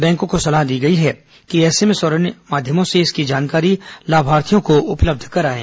बैंकों को सलाह दी गई हैं कि एसएमएस और अन्य माध्यमों से इसकी जानकारी लाभार्थियों को उपलब्ध कराएं